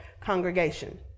congregation